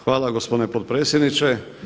Hvala gospodine potpredsjedniče.